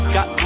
Got